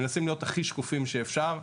מנסים להיות הכי שקופים שאפשר,